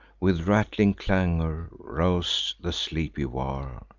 with rattling clangor, rouse the sleepy war.